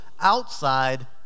outside